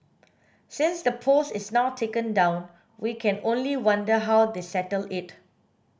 since the post is now taken down we can only wonder how they settled it